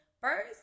First